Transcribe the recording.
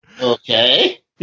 Okay